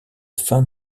fin